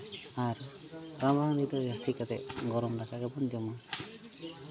ᱟᱨ ᱨᱟᱵᱟᱝ ᱫᱤᱱ ᱫᱚ ᱡᱟᱹᱥᱛᱤ ᱠᱟᱛᱮᱫ ᱜᱚᱨᱚᱢ ᱫᱟᱠᱟ ᱜᱮᱵᱚᱱ ᱡᱚᱢᱟ